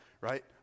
right